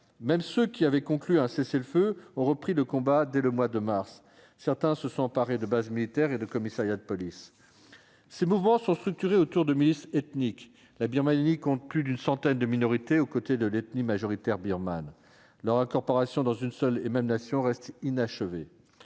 Même ceux qui avaient conclu un cessez-le-feu ont repris le combat dès le mois de mars ; certains se sont emparés de bases militaires et de commissariats de police. Ces mouvements sont structurés autour de milices ethniques. La Birmanie compte, à côté de l'ethnie majoritaire birmane, plus d'une centaine de minorités, dont l'incorporation dans une seule et même nation reste inachevée.